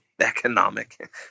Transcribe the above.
economic